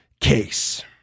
case